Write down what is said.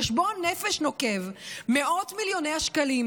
חשבון נפש נוקב: מאות מיליוני שקלים